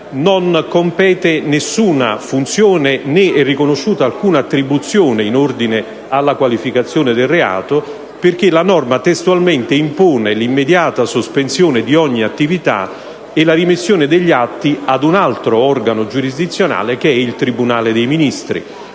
non compete alcuna funzione né è riconosciuta alcuna attribuzione in ordine alla qualificazione del reato, perché la norma testualmente impone l'immediata sospensione di ogni attività e la remissione degli atti ad un altro organo giurisdizionale, ovvero il tribunale dei Ministri.